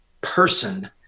person